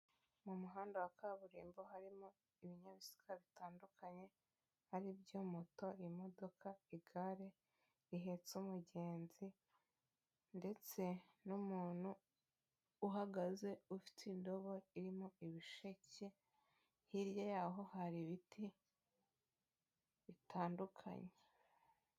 Mu muhanda wa kaburimbo harimo ibinyabiziga bitandukanye ari byo moto, imodoka, igare rihetse umugenzi ndetse n'umuntu uhagaze ufite indobo irimo ibisheke, hirya yaho hari ibiti bitandukanye.